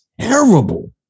terrible